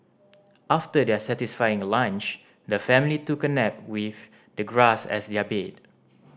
after their satisfying lunch the family took a nap with the grass as their bed